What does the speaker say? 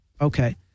Okay